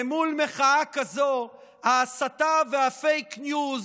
למול מחאה כזאת, ההסתה והפייק ניוז,